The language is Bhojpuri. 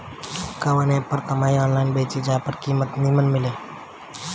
कवन एप पर मकई आनलाइन बेची जे पर कीमत नीमन मिले?